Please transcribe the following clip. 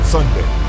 Sunday